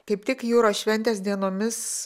kaip tik jūros šventės dienomis